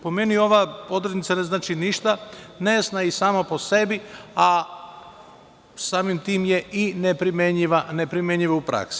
Po meni, ova odrednica ne znači ništa, nejasna je sama po sebi, a samim tim je i neprimenljiva u praksi.